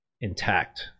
intact